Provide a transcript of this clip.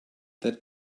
that